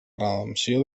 redempció